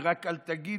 ורק אל תגידו,